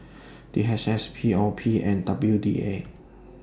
D H S P O P and W D A